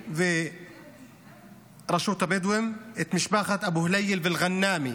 רמ"י ורשות הבדואים את משפחות אבו ליל ואל-ג'נאמי